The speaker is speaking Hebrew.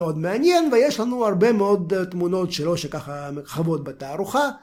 מאוד מעניין, ויש לנו הרבה מאוד תמונות שלו שככה חוות בתערוכה.